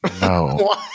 No